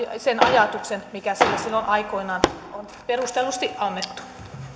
sen ajatuksen mikä sille silloin aikoinaan on perustellusti annettu